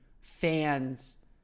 fans